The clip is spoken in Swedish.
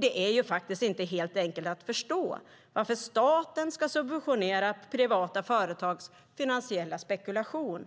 Det är inte helt enkelt att förstå varför staten ska subventionera privata företags finansiella spekulation